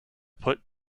put